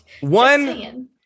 one